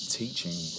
teaching